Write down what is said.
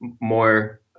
more